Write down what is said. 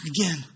again